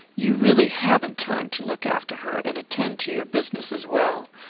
you really haven't time to look after her and attend to your business as well.